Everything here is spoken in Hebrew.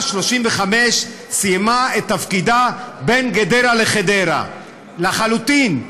35 סיימה את תפקידה בין גדרה לחדרה לחלוטין.